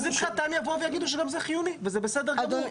אז מבחינתם הם יבואו ויגידו שגם זה חיוני וזה בסדר גמור.